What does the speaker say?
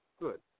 Good